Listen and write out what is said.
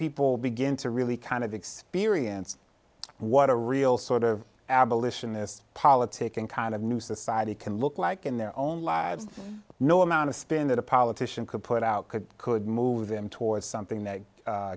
people begin to really kind of experience what a real sort of abolitionist politic and kind of new society can look like in their own lives no amount of spin that a politician could put out could could move them towards something that